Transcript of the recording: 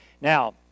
Now